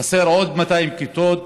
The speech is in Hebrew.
חסרות עוד 200 כיתות,